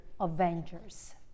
Avengers